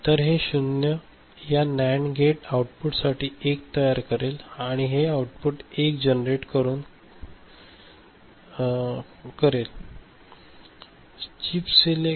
तर हे 0 या नॅण्ड गेट आउटपुटसाठी 1 तयार करेल आणि हे आउटपुट 1 जनरेट करेल कृपया समजून घ्या